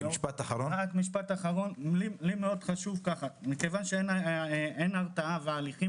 משפט אחרון: מכיוון שאין הרתעה וההליכים